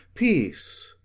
peace.